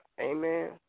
Amen